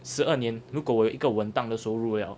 十二年如果我有一个稳当的收入 liao